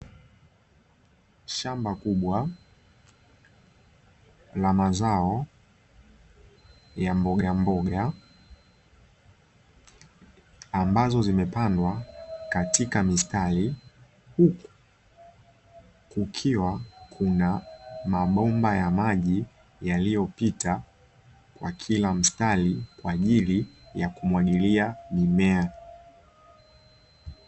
Shamba kubwa la mazao ya mbogamboga ambazo zimepandwa katika mistari huku kukiwa na mabomba ya maji yaliyopita kwa kila mstari kwa ajili ya kumwagilia mimea.